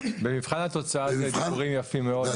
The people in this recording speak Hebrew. במבחן התוצאה אלו דברים יפים מאוד,